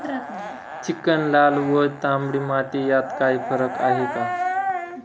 Chicken, लाल व तांबडी माती यात काही फरक आहे का?